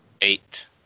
Eight